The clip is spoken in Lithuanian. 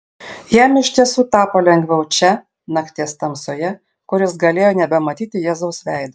jam iš tiesų tapo lengviau čia nakties tamsoje kur jis galėjo nebematyti jėzaus veido